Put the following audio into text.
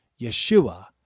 Yeshua